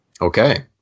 Okay